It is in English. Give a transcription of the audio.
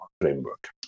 framework